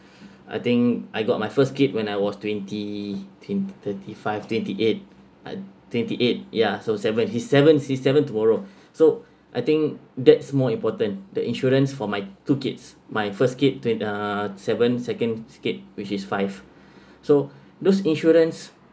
I think I got my first kid when I was twenty twen~ twenty five twenty eight twenty eight ya so seven he's seven he seven tomorrow so I think that's more important the insurance for my two kids my first kid twen~ uh seven second kid which is five so those insurance